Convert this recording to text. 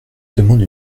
demande